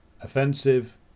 offensive